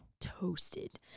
Toasted